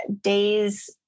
days